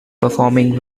performing